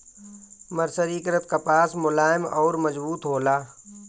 मर्सरीकृत कपास मुलायम अउर मजबूत होला